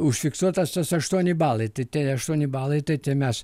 užfiksuotas tas aštuoni balai tai tie aštuoni balai tai tie mes